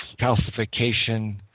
calcification